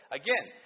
again